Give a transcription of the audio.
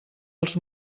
els